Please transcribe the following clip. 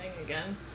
again